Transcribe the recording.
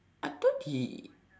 I thought he